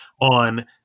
on